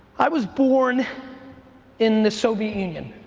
i was born in the soviet union,